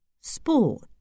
Sport